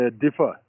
differ